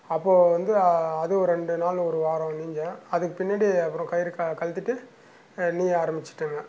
அப்போது வந்து அதுவும் ரெண்டு நாள் ஒரு வாரம் நீஞ்சேன் அதுக்கு பின்னாடி அப்புறம் கயிறு க கழத்திட்டு நீய ஆரம்மிச்சிட்டேங்க